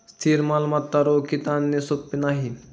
स्थिर मालमत्ता रोखीत आणणे सोपे नाही